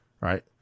right